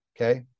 Okay